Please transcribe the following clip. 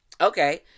Okay